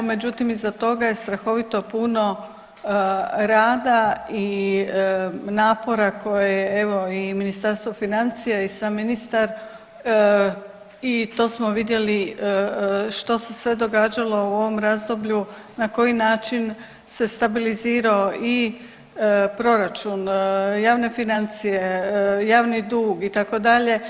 Međutim iza toga je strahovito puno rada i napora koje je evo i Ministarstvo financija i sam ministar i to smo vidjeli što se sve događalo u ovom razdoblju, na koji način se stabilizirao i proračun, javne financije, javni dug itd.